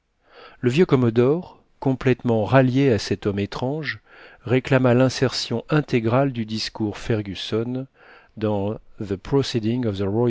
le vieux commodore complètement rallié à cet homme étrange réclama l'insertion intégrale du discours fergusson dans